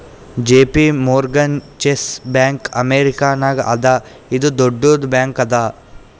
JP Morgan Chase bank ಅಮೇರಿಕಾನಾಗ್ ಅದಾ ಇದು ದೊಡ್ಡುದ್ ಬ್ಯಾಂಕ್ ಅದಾ